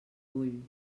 vull